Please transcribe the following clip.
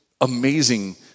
amazing